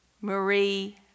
Marie